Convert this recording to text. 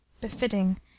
BEFITTING